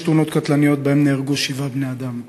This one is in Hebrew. תאונות קטלניות ונהרגו בהן שבעה בני-אדם,